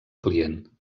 client